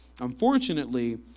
unfortunately